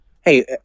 Hey